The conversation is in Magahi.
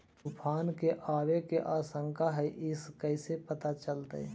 तुफान के आबे के आशंका है इस कैसे पता चलतै?